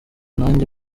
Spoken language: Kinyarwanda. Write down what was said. nanjye